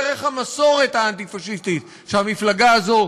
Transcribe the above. דרך המסורת האנטי-פאשיסטית שהמפלגה הזאת,